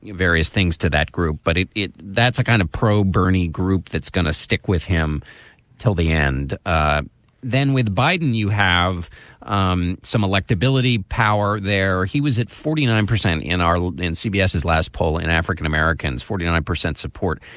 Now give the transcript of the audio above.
various things to that group. but it it that's a kind of pro bernie group that's going to stick with him till the end. ah then with biden, you have um some electability power there he was at forty nine percent in our cbs. his last poll in african-americans, forty nine percent support.